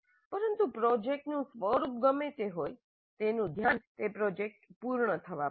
પરંતુ પ્રોજેક્ટનું સ્વરૂપ ગમે તે હોય તેનું ધ્યાન તે પ્રોજેક્ટ પૂર્ણ થવા પર છે